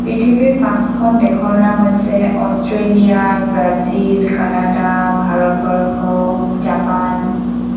পৃথিৱীৰ পাঁচখন দেশৰ নাম হৈছে Australia Brazil Canada Bharatvarsha Japan